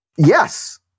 Yes